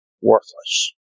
worthless